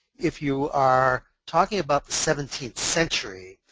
if you are talking about seventeenth-century,